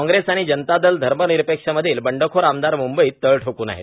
कॉग्रेस आणि जनता दल धर्मनिरपेक्षेमधील बंडखोर आमदार मुंबईत तळ ठोक्ण आहेत